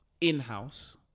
in-house